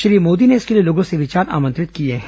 श्री मोदी ने इसके लिए लोगों से विचार आमंत्रित किए हैं